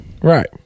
Right